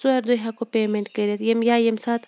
ژورِ دۄہہِ ہٮ۪کو پیمٮ۪نٛٹ کٔرِتھ ییٚمہِ یا ییٚمہِ ساتہٕ